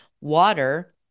Water